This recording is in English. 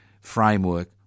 framework